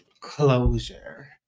closure